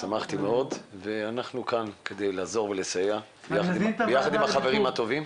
שמחתי מאוד ואנחנו כאן כדי לעזור ולסייע ביחד עם החברים הטובים.